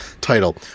title